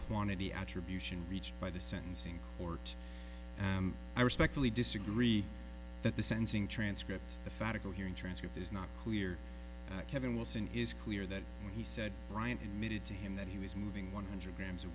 quantity attribution reached by the sentencing court am i respectfully disagree that the sensing transcript the fattah go hearing transcript is not clear that kevin wilson is clear that he said bryant emitted to him that he was moving one hundred grams a